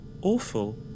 awful